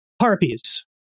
Harpies